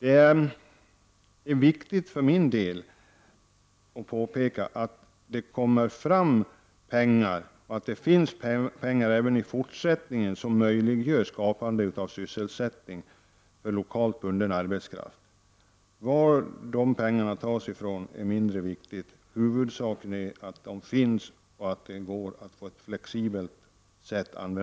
Det är angeläget för mig att påpeka att det är viktigt att de kommer att finnas pengar även i fortsättningen som möjliggör skapandet av sysselsättning för lokalt bunden arbetskraft. Var dessa pengar tas från är mindre viktigt, huvudsaken är att de finns och att det går att använda dem på ett flexibelt sätt.